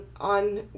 on